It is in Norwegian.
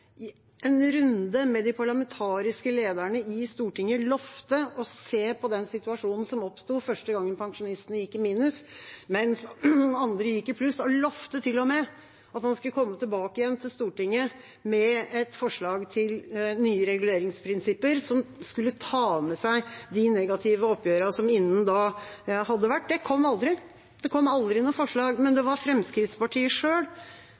en runde med de parlamentariske lederne i Stortinget lovte å se på den situasjonen som oppsto den første gangen pensjonistene gikk i minus mens andre gikk i pluss, og lovte til og med at han skulle komme tilbake til Stortinget med et forslag til nye reguleringsprinsipper, som skulle ta med seg de negative oppgjørene som innen da hadde vært. Det kom aldri. Det kom aldri noe forslag, men det